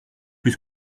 plus